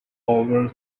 over